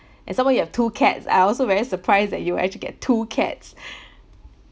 and some more you have two cats I also very surprised that you actually get two cats